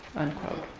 unquote.